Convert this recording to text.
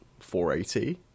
480